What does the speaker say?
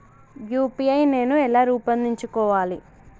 UPI నేను ఎలా రూపొందించుకోవాలి?